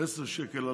עשר שקל.